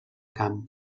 camp